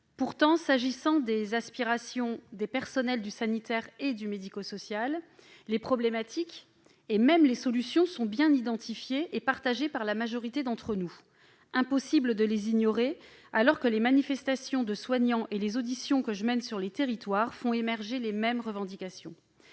Pourtant, s'agissant des aspirations des personnels des secteurs sanitaire et médico-social, les problématiques, et même les solutions, sont bien identifiées et partagées par la majorité d'entre nous. Impossible de les ignorer, alors que les manifestations de soignants et les auditions que je mène sur les territoires font émerger les mêmes revendications.